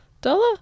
dollar